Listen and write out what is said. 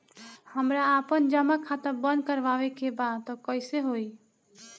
हमरा आपन जमा खाता बंद करवावे के बा त कैसे होई?